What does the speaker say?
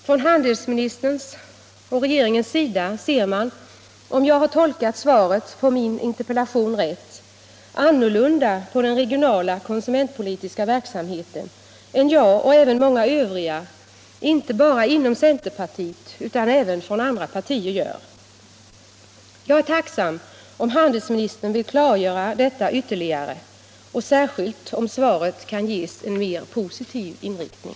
Från handelsministerns och regeringens sida ser man, om jag har tolkat svaret på min interpellation rätt, annorlunda på den regionala konsumentpolitiska verksamheten än jag och även många övriga, inte bara inom centerpartiet utan även inom andra partier, gör. Jag är tacksam om handelsministern vill klargöra detta ytterligare och särskilt om svaret kan ges en mer positiv inriktning.